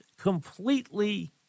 completely